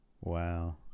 wow